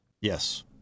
Yes